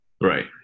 Right